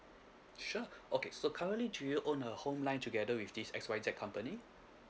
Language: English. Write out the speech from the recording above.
sure okay so currently do you own a home line together with this X Y Z company